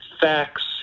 facts